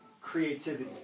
creativity